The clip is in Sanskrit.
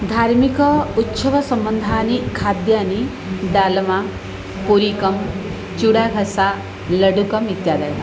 धार्मिक उत्सवसम्बन्धीनि खाद्यानि दालमा पूरिकं चूडाहस लड्डुकम् इत्यादयः